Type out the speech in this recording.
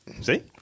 See